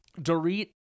Dorit